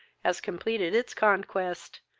as completed its conquest,